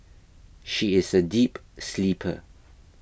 she is a deep sleeper